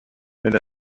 elle